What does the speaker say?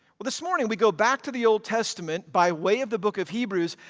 well this morning we go back to the old testament by way of the book of hebrews,